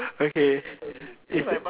okay